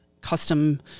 custom